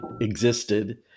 existed